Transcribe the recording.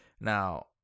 Now